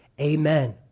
Amen